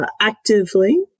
actively